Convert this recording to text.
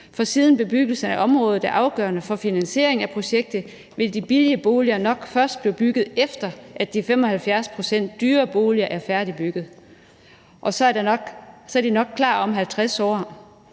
for siden bebyggelse af området er afgørende for finansieringen af projektet, vil de billige boliger nok først blive bygget, efter at de 75 pct. dyrere boliger er færdigbygget, og så er de nok klar om 50 år.